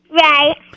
Right